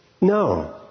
No